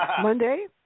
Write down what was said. Monday